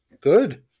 good